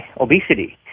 obesity